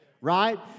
right